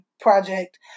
project